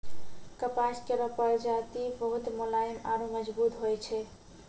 कपास केरो प्रजाति बहुत मुलायम आरु मजबूत होय छै